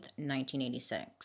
1986